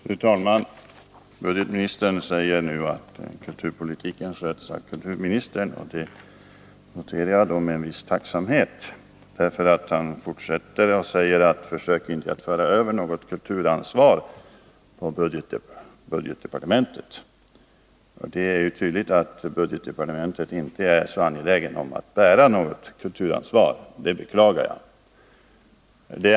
Fru talman! Budgetministern säger nu att kulturpolitiken sköts av kulturministern, och det noterar jag med viss tacksamhet. Han fortsätter med att säga: Försök inte föra över något kulturansvar på budgetdepartementet! Det är tydligt att budgetdepartementet inte är så angeläget om att bära något kulturpolitiskt ansvar, och det beklagar jag.